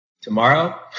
Tomorrow